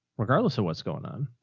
regardless of what's going on.